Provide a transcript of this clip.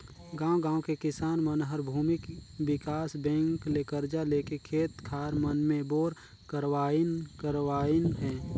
गांव गांव के किसान मन हर भूमि विकास बेंक ले करजा लेके खेत खार मन मे बोर करवाइन करवाइन हें